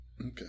Okay